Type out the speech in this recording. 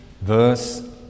Verse